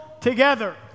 together